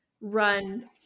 run